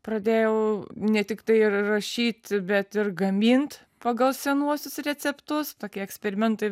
pradėjau ne tik tai rašyt bet ir gamint pagal senuosius receptus tokie eksperimentai